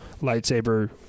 lightsaber